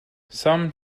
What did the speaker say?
some